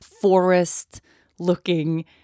forest-looking